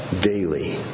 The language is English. daily